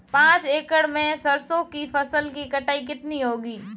पांच एकड़ में सरसों की फसल की कटाई कितनी होगी?